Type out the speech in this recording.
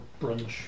brunch